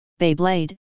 Beyblade